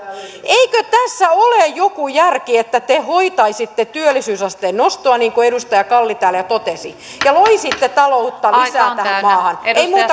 eikö tässä ole joku järki että te hoitaisitte työllisyysasteen nostoa niin kuin edustaja kalli täällä jo totesi ja loisitte taloutta lisää tähän maahan ei